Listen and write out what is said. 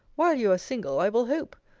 while you are single, i will hope.